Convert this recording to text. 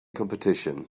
competition